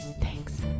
Thanks